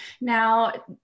Now